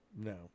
No